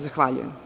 Zahvaljujem.